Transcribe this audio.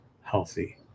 healthy